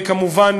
כמובן,